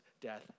death